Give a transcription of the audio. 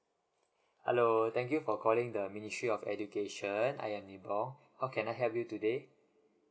hello thank you for calling the ministry of education I am nibong how can I help you today